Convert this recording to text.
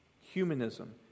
Humanism